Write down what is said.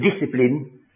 discipline